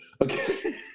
Okay